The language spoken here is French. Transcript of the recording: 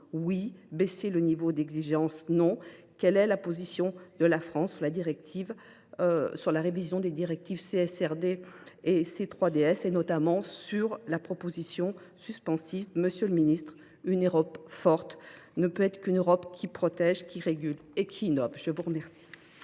Oui. Baisser le niveau d’exigence ? Non ! Quelle est la position de la France sur la révision des directives CSRD et CS3D, notamment sur la condition suspensive ? Monsieur le ministre, une Europe forte ne peut être qu’une Europe qui protège, qui régule et qui innove. La parole